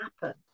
happen